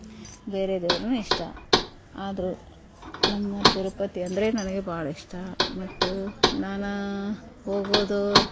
ಬೇರೆ ದೇವ್ರೂ ಇಷ್ಟ ಆದರೂ ನಮ್ಮ ತಿರುಪತಿ ಅಂದರೆ ನನಗೆ ಭಾಳ ಇಷ್ಟ ಮತ್ತು ನಾನು ಹೋಗೋದು